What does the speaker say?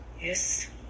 Yes